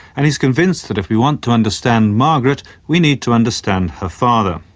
and he's convinced that if we want to understand margaret, we need to understand her father.